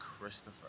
Christopher